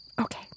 okay